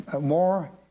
more